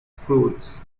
fruits